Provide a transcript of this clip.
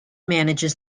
manages